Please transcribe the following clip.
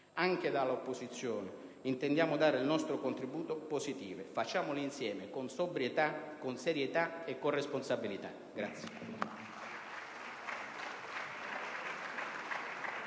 Anche dall'opposizione intendiamo dare il nostro contributo positivo. Lavoriamo pertanto insieme con sobrietà, con serietà e con responsabilità.